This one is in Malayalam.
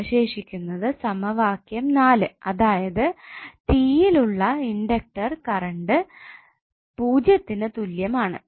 അവശേഷിക്കുന്നത് സമവാക്യം 4 അതായത് t യിൽ ഉള്ള ഇൻഡക്ടർ കറണ്ട് 0 ന് തുല്യം ആണ്